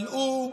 אבל הוא?